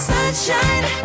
Sunshine